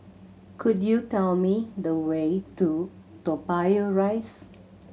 could you tell me the way to Toa Payoh Rise